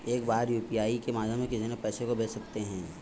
एक बार में यू.पी.आई के माध्यम से कितने पैसे को भेज सकते हैं?